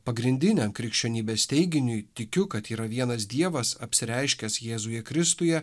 pagrindinę krikščionybės teiginiui tikiu kad yra vienas dievas apsireiškęs jėzuje kristuje